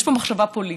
יש פה מחשבה פוליטית,